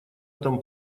этом